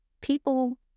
people